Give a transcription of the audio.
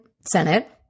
Senate